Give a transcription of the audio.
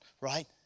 right